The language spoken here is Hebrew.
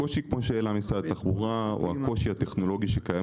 הקושי שהעלה פה משרד התחבורה הוא הקושי הטכנולוגי שקיים